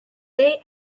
they